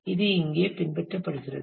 இது இங்கே பின்பற்றப்படுகிறது